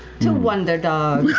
to wonder